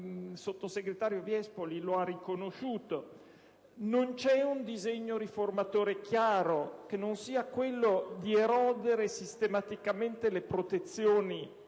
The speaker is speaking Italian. (il sottosegretario Viespoli lo ha riconosciuto). Non c'è un disegno riformatore chiaro che non sia quello di erodere sistematicamente le protezioni nell'area